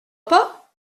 pas